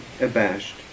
abashed